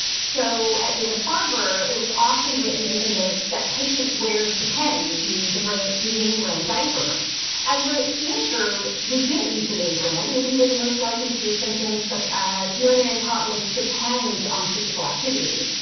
so at dana farber, it was often written in the notes. that patient. where's depends. meaning the name brand diaper as were at stanford. we didn't use the name brand and we would and most likely. see, a sentence, such as urinary incontinence depends on physical activity.